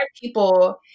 people